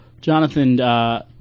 Jonathan –